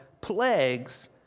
plagues